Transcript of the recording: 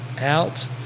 out